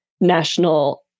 National